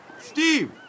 Steve